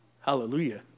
Hallelujah